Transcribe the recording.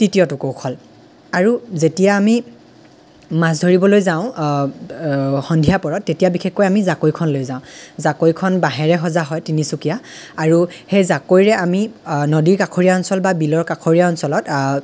তৃতীয়টো কৌশল আৰু যেতিয়া আমি মাছ ধৰিবলৈ যাওঁ সন্ধিয়া পৰত তেতিয়া বিশেষকৈ আমি জাকৈখন লৈ যাওঁ জাকৈখন বাঁহেৰে সজা হয় তিনিচুকীয়া অৰু সেই জাকৈৰে আমি নদীকাষৰীয়া বা বিলৰ কাষৰীয়া অঞ্চলত